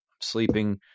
sleeping